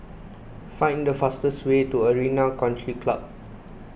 find the fastest way to Arena Country Club